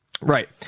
Right